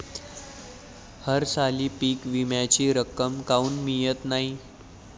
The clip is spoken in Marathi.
हरसाली पीक विम्याची रक्कम काऊन मियत नाई?